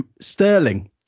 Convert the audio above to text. Sterling